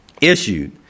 issued